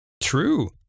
True